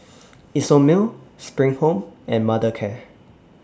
Isomil SPRING Home and Mothercare